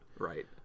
Right